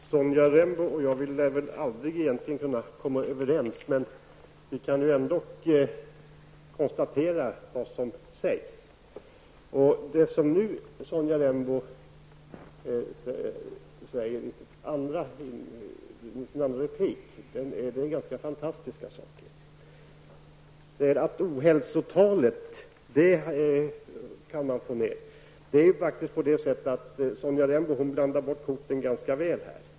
Fru talman! Sonja Rembo och jag lär väl aldrig kunna komma överens, men jag kan ändå konstatera vad som sägs. Och det som Sonja Rembo sade i sin andra replik är ganska fantastiska saker. Hon säger att man kan få ned ohälsotalet. Men Sonja Rembo blandar bort korten ganska rejält.